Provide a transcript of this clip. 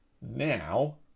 now